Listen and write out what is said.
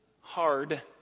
hard